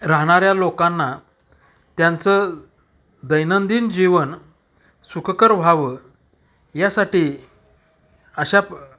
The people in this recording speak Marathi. राहणाऱ्या लोकांना त्यांचं दैनंदिन जीवन सुखकर व्हावं यासाठी अशा प